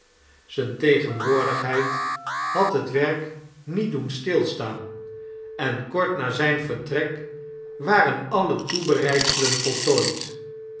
zijne tegenwoordigheid had het werk niet doen stilstaan en kort na zijn vertrek waren alle toebereidselen voltooid